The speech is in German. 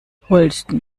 holsten